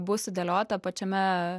bus sudėliota pačiame